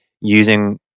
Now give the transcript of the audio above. using